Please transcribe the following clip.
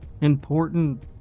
Important